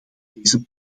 deze